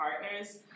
Partners